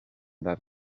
that